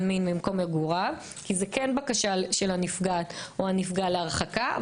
מין ממקום מגוריו כי זאת כן בקשה של הנפגעת או הנפגע להרחקה.